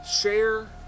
share